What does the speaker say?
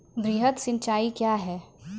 वृहद सिंचाई कया हैं?